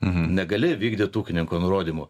negali vykdyt ūkininko nurodymų